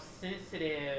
sensitive